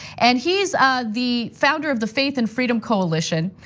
and he's the founder of the faith and freedom coalition.